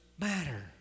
matter